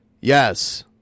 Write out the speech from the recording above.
Yes